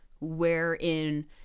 wherein